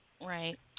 Right